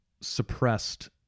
suppressed